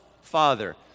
Father